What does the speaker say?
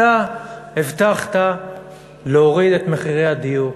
אתה הבטחת להוריד את מחירי הדיור.